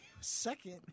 Second